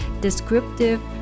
descriptive